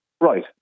Right